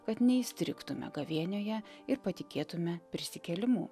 kad neįstrigtume gavėnioje ir patikėtume prisikėlimu